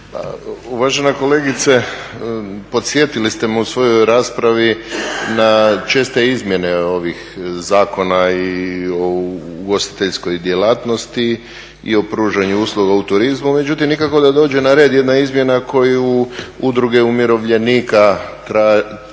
Uvažena kolegice posjetili ste me u svojoj raspravi na česte izmjene ovih zakona o ugostiteljskoj djelatnosti i o pružanju usluga u turizmu, međutim nikako da dođe na red jedna izmjena koju Udruga umirovljenika traže